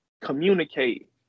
communicate